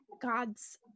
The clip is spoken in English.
God's